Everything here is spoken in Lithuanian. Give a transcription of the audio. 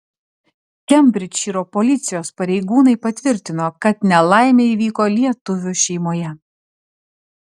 kembridžšyro policijos pareigūnai patvirtino kad nelaimė įvyko lietuvių šeimoje